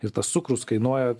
ir tas cukrus kainuoja